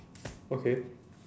okay